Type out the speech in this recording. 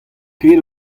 ket